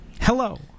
Hello